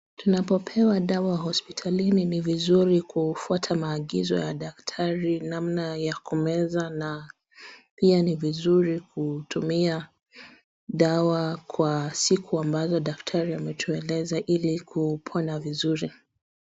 Tunapopewa dawa hospitalini ni vizuri kufuata maagizo ya daktari namna ya kumeza na pia ni vizuri kutumia dawa kwa siku ambazo daktari ametueleza ili kupona vizuri.